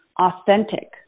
authentic